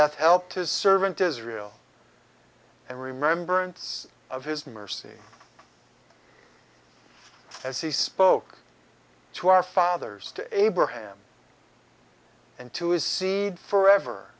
hath helped his servant israel and remembrance of his mercy as he spoke to our fathers to abraham and to his seed forever